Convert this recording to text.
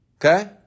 Okay